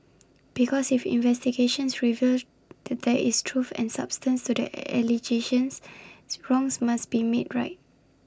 because if investigations reveal there is truth and substance to the allegations wrongs must be made right